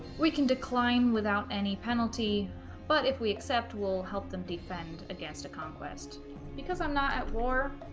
we can decline without any penalty but if we accept we'll help them defend against a conquest because i'm not at war